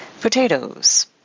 Potatoes